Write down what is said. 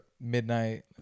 midnight